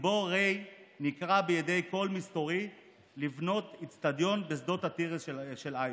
הגיבור ריי נקרא בידי קול מסתורי לבנות אצטדיון בשדות התירס של איווה.